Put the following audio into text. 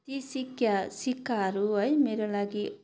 या सिक्का सिक्काहरू है मेरा लागि